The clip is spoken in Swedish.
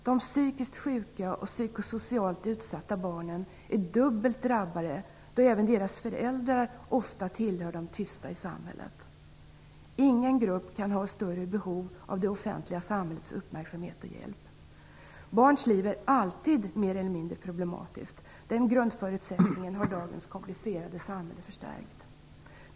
De psykiskt sjuka och psykosocialt utsatta barnen är dubbelt drabbade, eftersom även deras föräldrar ofta tillhör de tysta i samhället. Ingen grupp kan ha större behov av det offentliga samhällets uppmärksamhet och hjälp. Barns liv är alltid mer eller mindre problematiskt. Den grundförutsättningen har dagens komplicerade samhälle förstärkt.